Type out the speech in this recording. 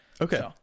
okay